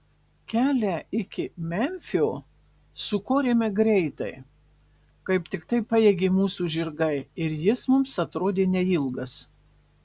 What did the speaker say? kelią iki memfio sukorėme greitai kaip tiktai pajėgė mūsų žirgai ir jis mums atrodė neilgas